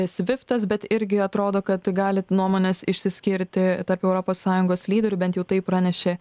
sviftas bet irgi atrodo kad gali nuomonės išsiskirti tarp europos sąjungos lyderių bent jau taip pranešė